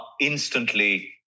instantly